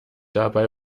dabei